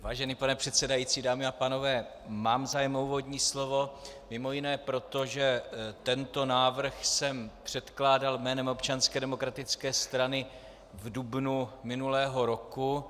Vážený pane předsedající, dámy a pánové, mám zájem o úvodní slovo, mimo jiné proto, že tento návrh jsem předkládal jménem Občanské demokratické strany v dubnu minulého roku.